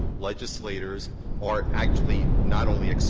legislators are actually not only